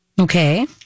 Okay